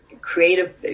creative